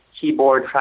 keyboard